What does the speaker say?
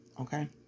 Okay